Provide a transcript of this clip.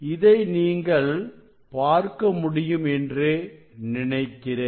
இதை நீங்கள் பார்க்க முடியும் என்று நினைக்கிறேன்